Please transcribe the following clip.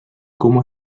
como